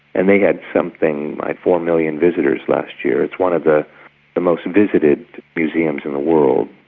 and they had something like four million visitors last year. it's one of the the most visited museums in the world.